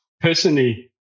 Personally